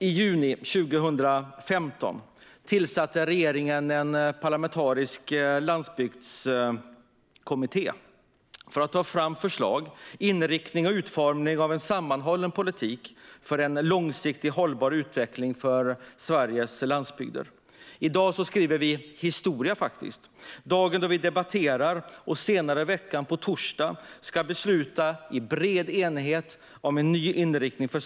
I juni 2015 tillsatte regeringen en parlamentarisk landsbygdskommitté med uppgift att ta fram förslag till inriktning och utformning av en sammanhållen politik för en långsiktigt hållbar utveckling för Sveriges landsbygder. I dag skriver vi historia. Det är dagen då vi debatterar en ny inriktning för Sveriges landsbygder, vilken tar hela Sveriges utmaningar på allvar.